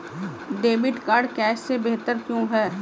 Debit card cash से बेहतर क्यों है?